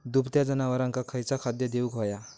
दुभत्या जनावरांका खयचा खाद्य देऊक व्हया?